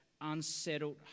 unsettled